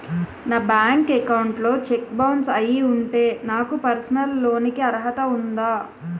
నా bank account లో check bounce అయ్యి ఉంటే నాకు పర్సనల్ లోన్ కీ అర్హత ఉందా?